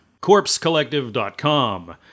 corpsecollective.com